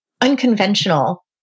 unconventional